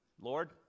Lord